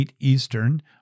Eastern